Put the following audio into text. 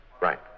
right